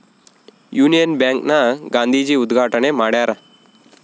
Union Bank ನ ಗಾಂಧೀಜಿ ಉದ್ಗಾಟಣೆ ಮಾಡ್ಯರ